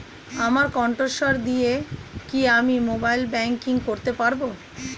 আমার কন্ঠস্বর দিয়ে কি আমি মোবাইলে ব্যাংকিং করতে পারবো?